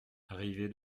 arrivée